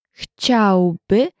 chciałby